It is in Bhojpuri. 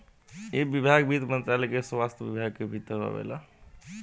इ विभाग वित्त मंत्रालय के राजस्व विभाग के भीतर आवेला